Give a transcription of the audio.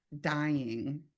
dying